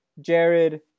Jared